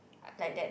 like that